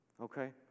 Okay